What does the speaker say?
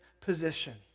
position